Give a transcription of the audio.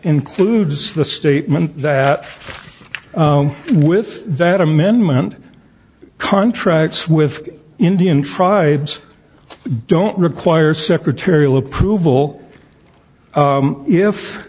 includes the statement that with that amendment contracts with indian tribes don't require secretarial approval